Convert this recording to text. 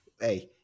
Hey